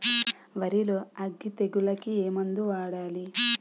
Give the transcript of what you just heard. వరిలో అగ్గి తెగులకి ఏ మందు వాడాలి?